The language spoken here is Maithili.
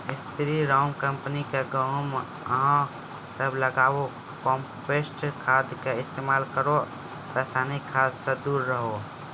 स्री राम कम्पनी के गेहूँ अहाँ सब लगाबु कम्पोस्ट खाद के इस्तेमाल करहो रासायनिक खाद से दूर रहूँ?